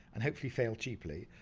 and hopefully fail cheaply,